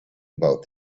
about